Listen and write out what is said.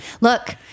Look